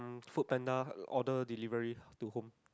FoodPanda order delivery to home